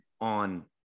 on